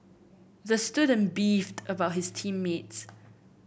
the student beefed about his team mates